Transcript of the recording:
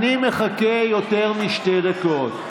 אני אחכה יותר משתי דקות.